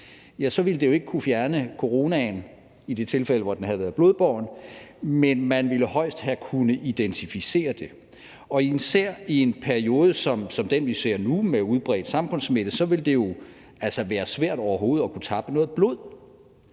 ville det jo ikke kunne fjerne coronaen i det tilfælde, hvor den havde været blodbåren – man ville højst have kunnet identificere det. Og især i en periode som den, vi ser nu, med udbredt samfundssmitte, ville det altså være svært overhovedet at kunne tappe noget blod.